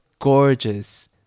gorgeous